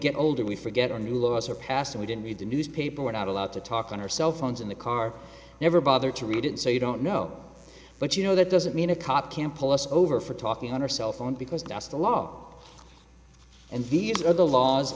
get older we forget our new laws are passed we didn't read the newspaper we're not allowed to talk on our cell phones in the car never bother to read it so you don't know but you know that doesn't mean a cop can pull us over for talking under cellphone because that's the law and these are the laws